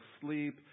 sleep